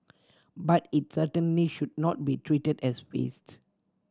but it certainly should not be treated as waste